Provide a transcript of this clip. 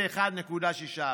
ל-61.6%?